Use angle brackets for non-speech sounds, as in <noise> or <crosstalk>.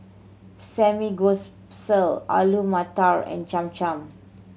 <unintelligible> Alu Matar and Cham Cham